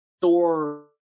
Thor